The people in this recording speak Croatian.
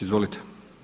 Izvolite.